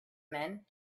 men